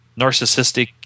narcissistic